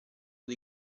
dei